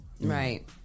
Right